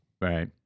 Right